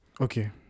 okay